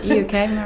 yeah okay,